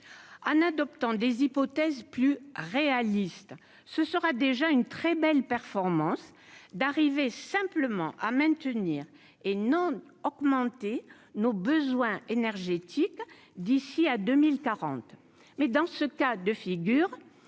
en adoptant des hypothèses plus réalistes, ce sera déjà une très belle performance d'arriver simplement à maintenir et non augmenter nos besoins énergétiques d'ici à 2040, mais dans ce cas de figure,